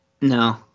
No